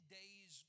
days